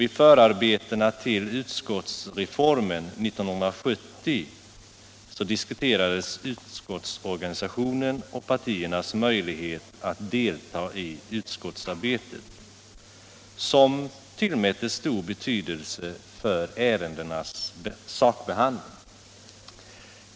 I förarbetena till utskottsreformen 1970 diskuterades utskottsorganisationen och partiernas möjligheter att delta i utskottsarbetet, som då tillmättes stor betydelse för ärendenas sakbehandling.